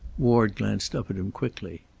ward glanced up at him quickly.